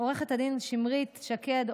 עו"ד שמרית שקד,